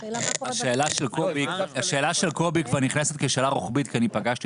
השאלה מה קורה השאלה של קובי כבר נכנסת כשאלה רוחבית כי אני פגשתי